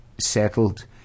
settled